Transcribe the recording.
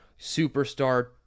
superstar